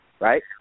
right